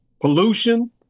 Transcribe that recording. pollution